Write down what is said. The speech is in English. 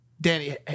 Danny